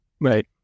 right